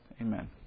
amen